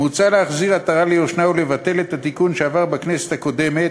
מוצע להחזיר עטרה ליושנה ולבטל את התיקון שעבר בכנסת הקודמת